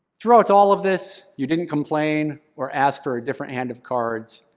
throughout all of this, you didn't complain or ask for a different hand of cards.